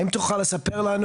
האם תוכל לספר לנו